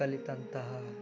ಕಲಿತಂತಹ